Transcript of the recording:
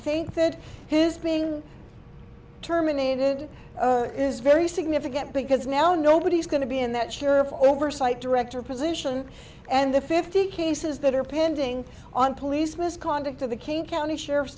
think that his being terminated is very significant because now nobody is going to be in that share of oversight director position and the fifty cases that are pending on police misconduct of the king county the